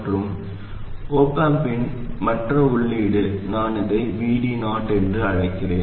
மற்றும் op amp இன் மற்ற உள்ளீடு நான் அதை Vd0 என்று அழைக்கிறேன்